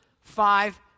five